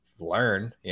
learn